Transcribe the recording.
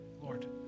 Lord